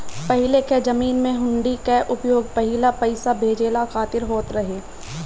पहिले कअ जमाना में हुंडी कअ उपयोग पहिले पईसा भेजला खातिर होत रहे